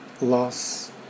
loss